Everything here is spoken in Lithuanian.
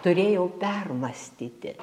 turėjau permąstyti